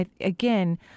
Again